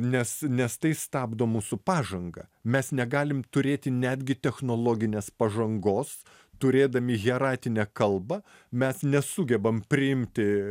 nes nes tai stabdo mūsų pažangą mes negalim turėti netgi technologinės pažangos turėdami hieratinę kalbą mes nesugebam priimti